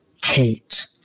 Kate